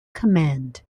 command